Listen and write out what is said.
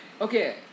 Okay